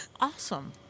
awesome